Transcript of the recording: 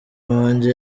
wanjye